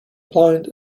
blind